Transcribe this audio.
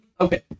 Okay